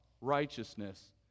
righteousness